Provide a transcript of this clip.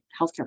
healthcare